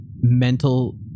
mental